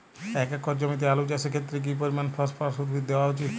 এক একর জমিতে আলু চাষের ক্ষেত্রে কি পরিমাণ ফসফরাস উদ্ভিদ দেওয়া উচিৎ?